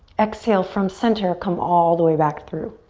exhale from center. come all the way back through.